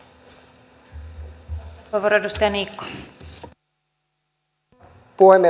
arvoisa puhemies